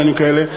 עניינים כאלה,